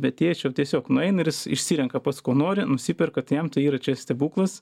be tėčio ir tiesiog nueina ir išsirenka pats ko nori nusiperka tai jam tai yra čia stebuklas